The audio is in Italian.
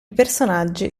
personaggi